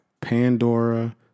Pandora